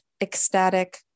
ecstatic